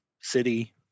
city